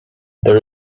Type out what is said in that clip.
there